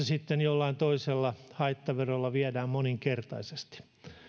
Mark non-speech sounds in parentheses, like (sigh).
(unintelligible) sitten jollain haittaverolla viedään moninkertaisesti